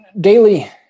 daily